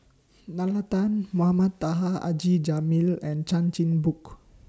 Nalla Tan Mohamed Taha Haji Jamil and Chan Chin Bock